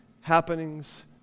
happenings